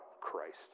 Christ